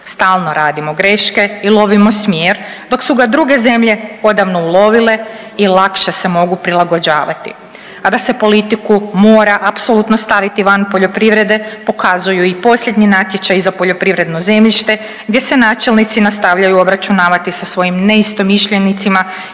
Stalno radimo greške i lovimo smjer dok su ga druge zemlje odavno ulovile i lakše se mogu prilagođavati. A da se politiku mora apsolutno staviti van poljoprivrede pokazuju i posljednji natječaji za poljoprivredno zemljište gdje se načelnici nastavljaju obračunavati sa svojim neistomišljenicima